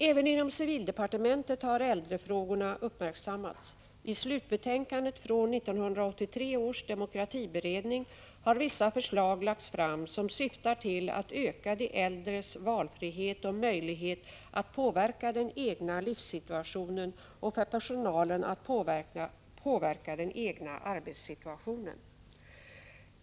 Även inom civildepartementet har äldrefrågorna uppmärksammats. I slutbetänkandet från 1983 års demokratiberedning har vissa förslag lagts fram som syftar till att öka de äldres valfrihet och möjlighet att påverka den egna livssituationen, och för personalen att påverka den egna arbetssituationen.